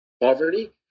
poverty